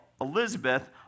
Elizabeth